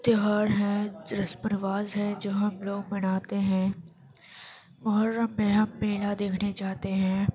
تیوہار ہیں رسم و رواج ہیں جو ہم لوگ مناتے ہیں محرم میں ہم میلہ دیکھنے جاتے ہیں